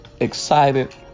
excited